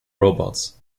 robots